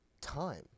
time